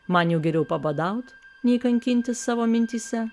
man jau geriau pabadaut nei kankintis savo mintyse